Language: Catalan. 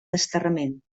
desterrament